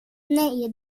nej